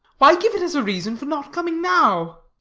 why give it as a reason for not coming now?